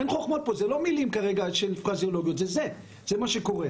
אין חוכמות פה, זה לא מילים, זה זה, זה מה שקורה.